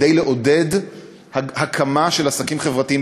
כדי לעודד הקמה של עסקים חברתיים